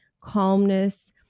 calmness